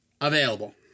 available